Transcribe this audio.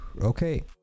Okay